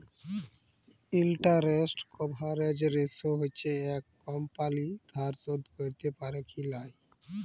interest coverage ratio হচ্যে একট কমপালি ধার শোধ ক্যরতে প্যারে কি লায়